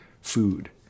food